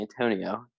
Antonio